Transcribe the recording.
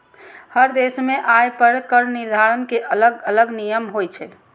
हर देश मे आय पर कर निर्धारण के अलग अलग नियम होइ छै